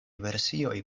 versioj